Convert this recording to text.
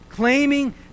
claiming